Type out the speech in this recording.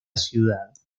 ciudad